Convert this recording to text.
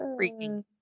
freaking